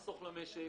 לחסוך למשק,